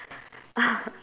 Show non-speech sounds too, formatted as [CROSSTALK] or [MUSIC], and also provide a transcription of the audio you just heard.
[LAUGHS]